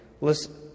Listen